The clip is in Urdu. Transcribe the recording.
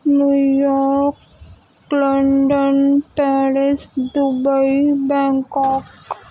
new York London Paris Dubai Bangkok